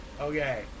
okay